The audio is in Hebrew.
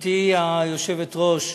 גברתי היושבת-ראש,